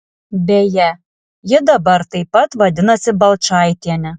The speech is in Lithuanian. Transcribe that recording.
beje ji dabar taip pat vadinasi balčaitiene